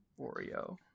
Oreo